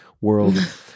world